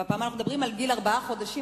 אבל הפעם אנחנו מדברים על גיל ארבעה חודשים,